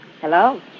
Hello